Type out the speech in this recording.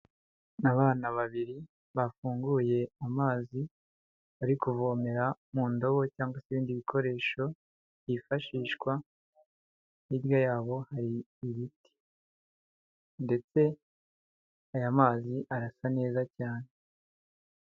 Abana babiri bafunguye amazi bari kuvomera mu ndobo cyangwa se ibindi bikoresho byifashishwa, hirya yabo hari ibiti ndetse aya mazi arasa neza cyane.